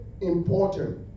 important